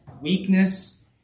weakness